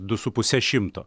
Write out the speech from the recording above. du su puse šimto